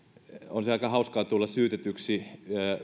se aika hauskaa tulla syytetyksi